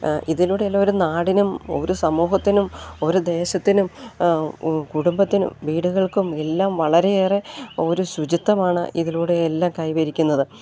ഇതിലൂടെ എല്ലാം ഒരു നാടിനും ഒരു സമൂഹത്തിനും ഒരു ദേശത്തിനും കുടുംബത്തിനും വീടുകൾക്കും എല്ലാം വളരെയേറെ ഒരു ശുചിത്വമാണ് ഇതിലൂടെ എല്ലാം കൈവരിക്കുന്നത്